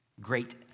great